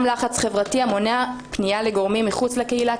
לחץ חברתי המונע פניה לגורמים מחוץ לקהילה,